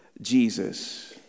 Jesus